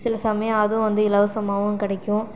சில சமயம் அதுவும் வந்து இலவசமாகவும் கிடைக்கும்